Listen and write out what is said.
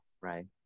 right